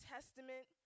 Testament